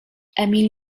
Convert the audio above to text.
emil